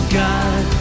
god